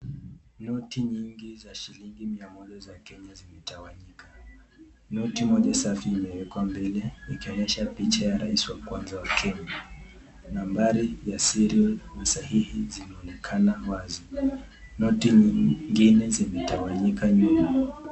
Noti nyngi za shilingi mia moja za kenya zimetawanyika . Notii moja safi imewekwa mbele ikionesha picha ya rais wa kwanza wa Kenya . Nambari ya (sirial) na sahihi zinaonekana wazi noti zingine zimetawanyika nyuma